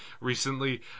recently